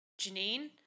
Janine